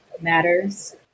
matters